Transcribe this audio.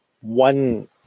one